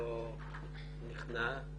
שלא נכנע,